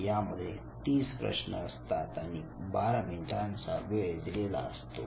यामध्ये 30 प्रश्न असतात आणि 12 मिनिटांचा वेळ दिलेला असतो